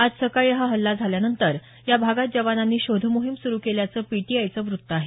आज सकाळी हा हल्ला झाल्यानंतर या भागात जवानांनी शोध मोहीम सुरु केल्याचं पीटीआयचं वृत्त आहे